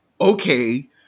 okay